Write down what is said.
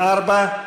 4?